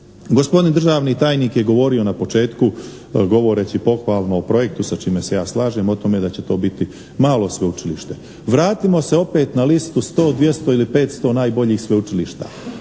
gospodin državni tajnik je govorio na početku govoreći pohvalno o projektu, sa čime se ja slažem o tome da će to biti malo sveučilište. Vratimo se opet na listu 100, 200 ili 500 najboljih sveučilišta.